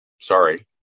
Sorry